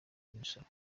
imisoro